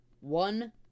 one